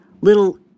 little